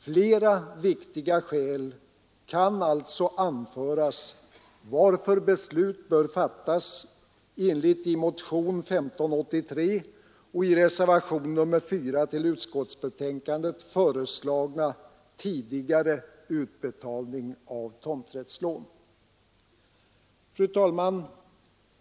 Flera viktiga skäl kan alltså anföras för att beslut bör fattas i enlighet med motionen 1583 och reservationen 4, så att den föreslagna tidigare utbetalningen av tomträttslån kan ske. Fru talman!